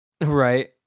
Right